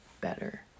better